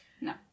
No